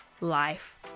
life